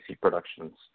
Productions